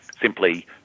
simply